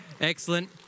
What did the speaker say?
Excellent